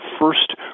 first